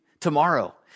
tomorrow